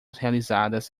realizadas